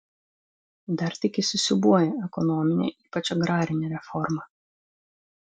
dar tik įsisiūbuoja ekonominė ypač agrarinė reforma